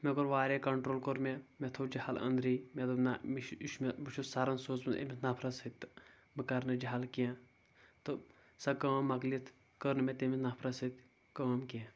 مےٚ کوٚر واریاہ کنٹرول کوٚر مےٚ مےٚ تھوو جَہل أنٛدری مےٚ دوٚپ نَہ یہِ چھُ مےٚ بہٕ چھُس سَرن سوٗزمُت أمِس نفرَس سۭتۍ تہٕ بہٕ کَرٕ نہٕ جَہل کینٛہہ تہٕ سۄ کٲم مۄکلٲوِتھ کٔر نہٕ مےٚ تٔمِس نفرس سۭتۍ کٲم کینٛہہ